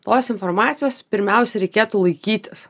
tos informacijos pirmiausia reikėtų laikytis